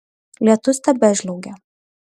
lietus tebežliaugė